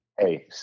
hey